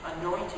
anointed